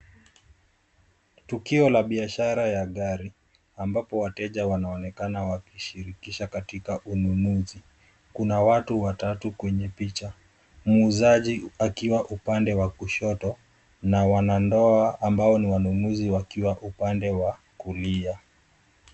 Tukio la biashara ya gari, ambapo wateja wanaonekana wakishirikisha katika ununuzi. Kuna watu watatu kwenye picha, muuzaji akiwa upande wa kushoto na wanandoa ambao ni wanunuzi, wakiwa upande wa kulia.